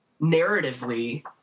narratively